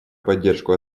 поддержку